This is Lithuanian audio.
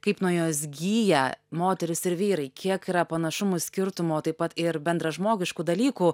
kaip nuo jos gyja moterys ir vyrai kiek yra panašumų skirtumų o taip pat ir bendražmogiškų dalykų